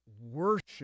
worship